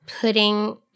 putting